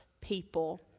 people